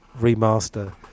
remaster